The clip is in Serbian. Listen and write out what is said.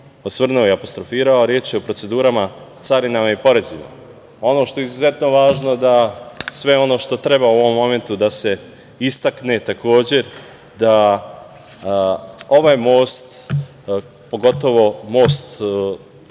osvrnuo i apostrofirao, a reč je o procedurama, carinama i porezima. Ono što je izuzetno važno jeste da sve ono što treba u ovom momentu da se istakne, takođe, da ovaj most, pogotovo most između